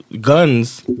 guns